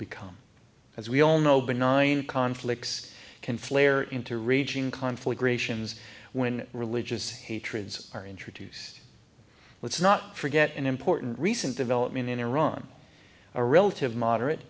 become as we all know benign conflicts can flare into raging conflagrations when religious hatreds are introduced let's not forget an important recent development in iran a relative moderate